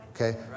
Okay